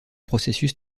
processus